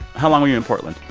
how long were you in portland?